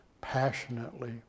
passionately